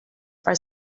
are